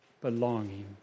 belonging